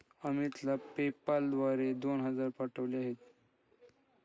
अमितला पेपाल द्वारे दोन हजार पाठवावेत